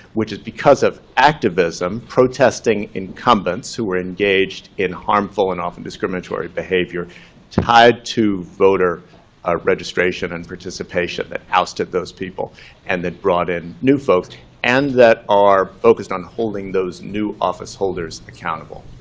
which is because of activism, protesting incumbents who were engaged in harmful and often discriminatory behavior tied to voter ah registration and participation, that ousted those people and that brought in new folks, and that are focused on holding those new office holders accountable.